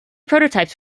prototypes